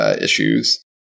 issues